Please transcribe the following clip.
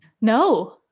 no